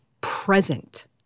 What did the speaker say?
present